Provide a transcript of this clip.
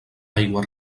aigua